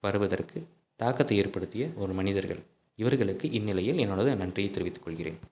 வருவதற்கு தாக்கத்தை ஏற்படுத்திய ஒரு மனிதர்கள் இவர்களுக்கு இந்நிலையில் என்னோட என் நன்றியை தெரிவித்துக்கொள்கிறேன்